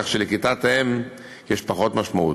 כך שלכיתת האם יש פחות משמעות.